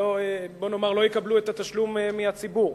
בוא נאמר, לא יקבלו את התשלום מהציבור.